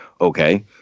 okay